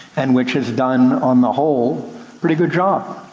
and which has done on the whole, a pretty good job.